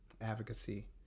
advocacy